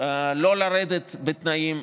לא לרדת בתנאים,